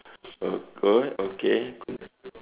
okay okay